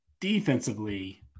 Defensively